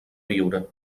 viure